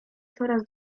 coraz